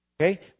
Okay